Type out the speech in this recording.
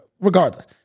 regardless